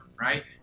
right